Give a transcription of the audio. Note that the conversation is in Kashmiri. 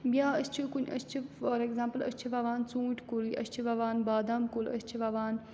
یا أسۍ چھِ کُنہِ أسۍ چھِ فار اٮ۪گزامپٕل أسۍ چھِ وَوان ژوٗنٛٹھۍ کُلۍ یا أسۍ چھِ وَوان بادام کُل أسۍ چھِ وَوان